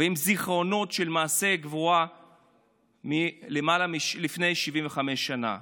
ועם זיכרונות של מעשי גבורה מלפני 75 שנה.